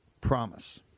promise